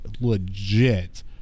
legit